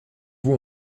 vous